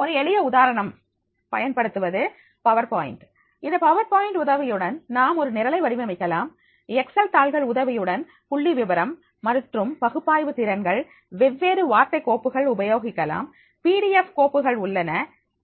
ஒரு எளிய உதாரணம் பயன்படுத்துவது பவர்பாயின்ட் இந்த பவர்பாயிண்ட் உதவியுடன் நாம் ஒரு நிரலை வடிவமைக்கலாம் எக்ஸ் எல் தாள்கள் உதவியுடன் புள்ளிவிவரம் மற்றும் பகுப்பாய்வு திறன்கள் வெவ்வேறு வார்த்தை கோப்புகள் உபயோகிக்கலாம் பிடிஎஃப் கோப்புகள் உள்ளன